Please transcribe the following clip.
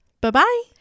Bye-bye